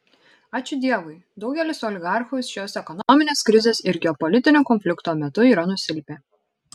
ačiū dievui daugelis oligarchų šios ekonominės krizės ir geopolitinio konflikto metų yra nusilpę